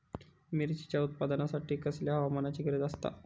मिरचीच्या उत्पादनासाठी कसल्या हवामानाची गरज आसता?